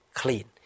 clean